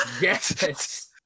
Yes